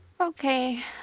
Okay